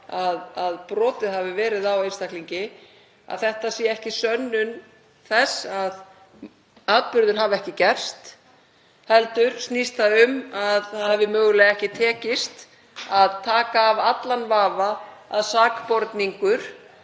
að brotið hafi verið á einstaklingi, að þetta sé ekki sönnun þess að atburðir hafi ekki gerst heldur snýst um að það hafi mögulega ekki tekist að taka af allan vafa að sakborningur